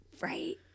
Right